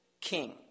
king